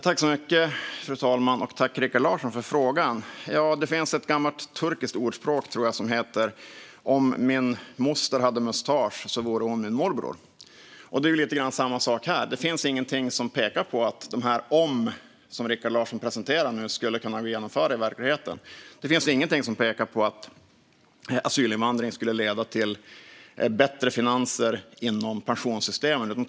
Fru talman! Tack för frågan, Rikard Larsson! Det finns ett gammalt turkiskt ordspråk, tror jag, som lyder "Om min moster hade mustasch så vore hon min morbror". Det är lite grann samma sak här. Det finns ingenting som pekar på att dessa "om" som Rikard Larsson presenterar skulle gå att genomföra i verkligheten. Det finns ingenting som pekar på att asylinvandring skulle leda till bättre finanser inom pensionssystemet.